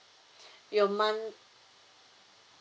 your mon~